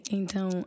então